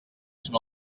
són